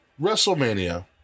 WrestleMania